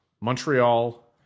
Montreal